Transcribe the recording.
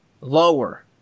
Lower